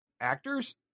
actors